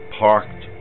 parked